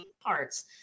parts